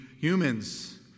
humans